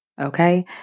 Okay